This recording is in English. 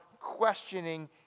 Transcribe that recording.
questioning